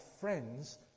friends